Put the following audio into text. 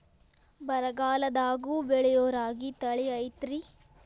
ಬರಗಾಲದಾಗೂ ಬೆಳಿಯೋ ರಾಗಿ ತಳಿ ಐತ್ರಿ?